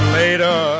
later